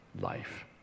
life